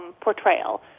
portrayal